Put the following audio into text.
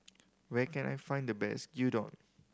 where can I find the best Gyudon